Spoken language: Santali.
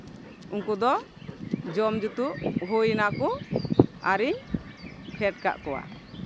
ᱩᱱᱠᱩ ᱫᱚ ᱡᱚᱢ ᱡᱩᱛᱩᱜ ᱦᱩᱭ ᱱᱟᱠᱚ ᱟᱨᱤᱧ ᱯᱷᱮᱰ ᱠᱟᱜ ᱠᱚᱣᱟ